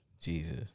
Jesus